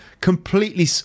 completely